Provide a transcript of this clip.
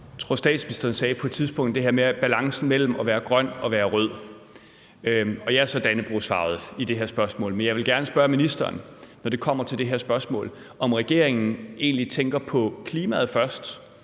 Jeg tror, statsministeren på et tidspunkt sagde det her med balancen mellem at være grøn og at være rød; i det her spørgsmål er jeg så dannebrogsfarvet. Jeg vil gerne spørge ministeren, når det kommer til det her spørgsmål, om regeringen egentlig først tænker på klimaet eller